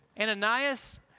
Ananias